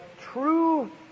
true